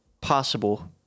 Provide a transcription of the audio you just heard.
possible